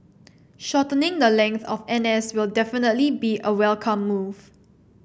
shortening the length of N S will definitely be a welcome move